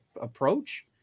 approach